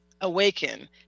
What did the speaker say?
awaken